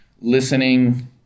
listening